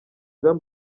jean